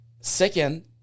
second